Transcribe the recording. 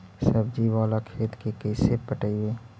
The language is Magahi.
सब्जी बाला खेत के कैसे पटइबै?